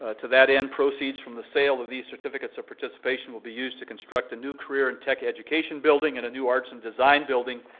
ah to that end, proceeds from the sale of these certificates of participation will be used to construct a new career and tech education building and a new arts and design building,